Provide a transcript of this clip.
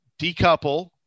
decouple